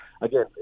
again